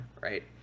right